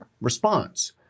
response